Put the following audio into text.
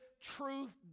truth